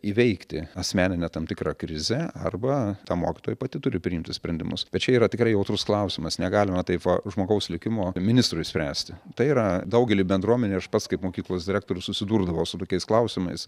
įveikti asmeninę tam tikrą krizę arba ta mokytoja pati turi priimtus sprendimus bet čia yra tikrai jautrus klausimas negalima taip va žmogaus likimo ministrui spręsti tai yra daugely bendruomenių aš pats kaip mokyklos direktorius susidurdavau su tokiais klausimais